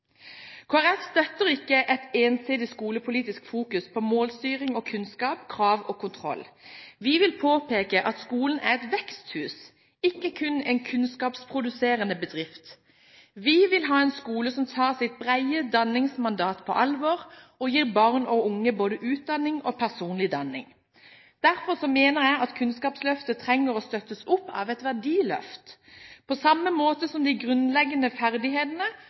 Folkeparti støtter ikke et ensidig skolepolitisk fokus på målstyring og kunnskap, krav og kontroll. Vi vil påpeke at skolen er et veksthus, ikke kun en kunnskapsproduserende bedrift. Vi vil ha en skole som tar sitt brede danningsmandat på alvor og gir barn og unge både utdanning og personlig danning. Derfor mener jeg at Kunnskapsløftet trenger å støttes opp av et verdiløft. På samme måte som de grunnleggende ferdighetene,